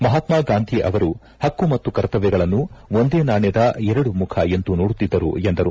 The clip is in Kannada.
ಮಹಾತ್ಮಾ ಗಾಂಧಿ ಅವರು ಪಕ್ಕು ಮತ್ತು ಕರ್ತವ್ಯಗಳನ್ನು ಒಂದೇ ನಾಣ್ಯದ ಎರಡು ಮುಖ ಎಂದು ನೋಡುತ್ತಿದ್ದರು ಎಂದರು